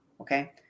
okay